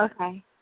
Okay